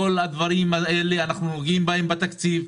בכל הדברים האלה אנחנו נוגעים בתקציב.